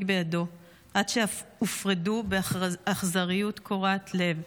בידו עד שהופרדו באכזריות קורעת לב.